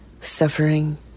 suffering